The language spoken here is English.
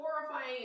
horrifying